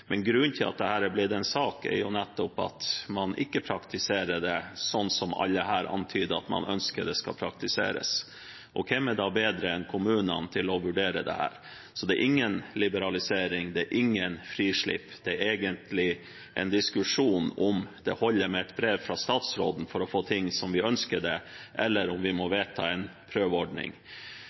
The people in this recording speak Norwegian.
men sittende minister ønsker ikke samme innskjerping, og så ønsker man å presisere det. Grunnen til at dette har blitt en sak, er nettopp at man ikke praktiserer det sånn som alle her antyder at man ønsker det skal praktiseres. Hvem er da bedre enn kommunene til å vurdere dette? Det er ingen liberalisering, det er ikke noe frislipp, det er egentlig en diskusjon om det holder med et brev fra statsråden for å få ting som vi ønsker det, eller om vi må vedta en prøveordning.